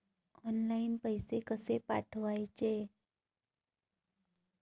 Online पैसे कशे पाठवचे?